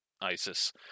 ISIS